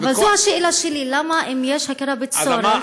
אבל זו השאלה שלי: אם יש הכרה בצורך,